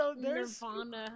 Nirvana